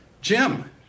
Jim